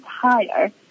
higher